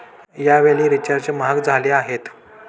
यावेळी रिचार्ज महाग झाले आहेत